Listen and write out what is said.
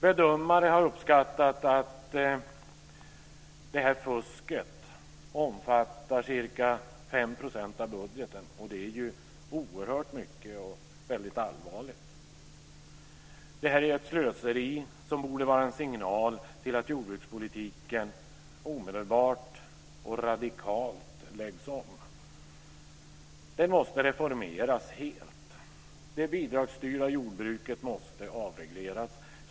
Bedömare har uppskattat att fusket omfattar ca 5 % av budgeten, och det är oerhört mycket och väldigt allvarligt. Det här är ett slöseri som borde vara en signal till att jordbrukspolitiken omedelbart och radikalt läggs om. Det måste reformeras helt. Det bidragsstyrda jordbruket måste avregleras.